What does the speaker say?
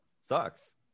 Sucks